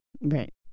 Right